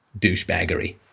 douchebaggery